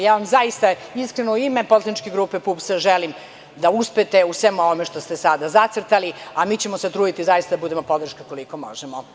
Ja vam zaista iskreno u ime poslaničke grupe PUPS želim da uspete u svemu ovome što ste sada zacrtali, a mi ćemo se truditi da budemo podrška koliko možemo.